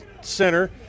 center